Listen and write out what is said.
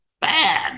bad